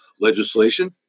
legislation